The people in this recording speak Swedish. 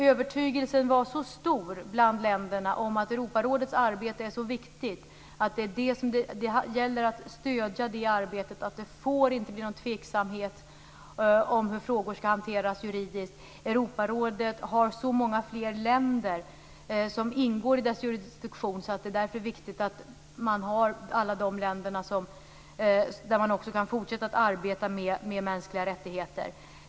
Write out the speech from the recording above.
Övertygelsen var nämligen så stor bland länderna om att Europarådets arbete är viktigt, att det gäller att stödja det och att det inte får bli någon tveksamhet om hur frågor skall hanteras juridiskt. Europarådet har många fler länder som ingår i dess jurisdiktion, och det är därför viktigt att man i alla de länderna också kan fortsätta att arbeta med mänskliga rättigheter.